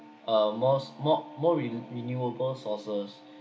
uh most more more rene~ renewable sources